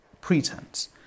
pretense